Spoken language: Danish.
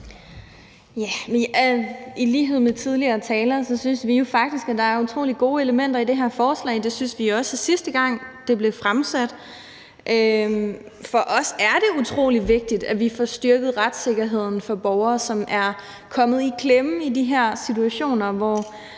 I lighed med tidligere talere synes vi jo faktisk, at der er nogle utrolig gode elementer i det her forslag. Det syntes vi også, sidste gang det blev fremsat. For os er det utrolig vigtigt, at vi får styrket retssikkerheden for borgere, som er kommet i klemme i de her situationer, hvor